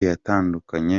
yatandukanye